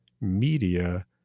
media